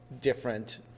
different